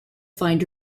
find